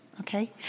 okay